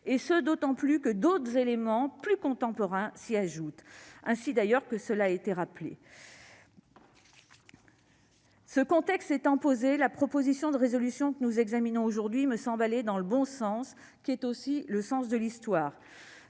et ce d'autant plus que d'autres éléments plus contemporains s'y ajoutent, comme il a été rappelé par M. Cambon. Ce contexte étant posé, la proposition de résolution que nous examinons aujourd'hui me semble aller dans le bon sens, qui est aussi le sens de l'histoire